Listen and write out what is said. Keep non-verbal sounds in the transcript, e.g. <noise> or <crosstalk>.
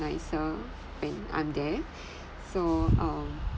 nicer when I'm there <breath> so um